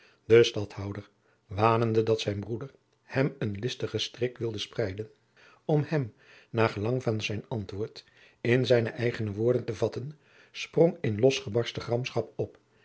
de stadhouder wanende dat zijn broeder hem een listigen strik wilde spreiden om hem naar gelang van zijn antwoord in zijne eigene woorden te vatten sprong in losgebarsten gramschap op